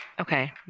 Okay